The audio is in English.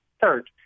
third